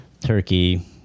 turkey